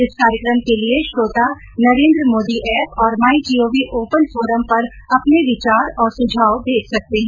इस कार्यक्रम के लिए श्रोता नरेन्द्र मोदी ऐप और my G O V open forum पर अपने विचार और सुझाव भेज सकते हैं